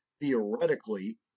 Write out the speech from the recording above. theoretically